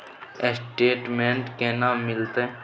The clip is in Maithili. स्टेटमेंट केना मिलते?